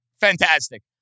fantastic